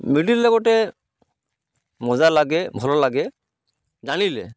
middle ଗୋଟେ ମଜା ଲାଗେ ଭଲ ଲାଗେ ଜାଣିଲେ